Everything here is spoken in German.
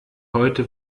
heute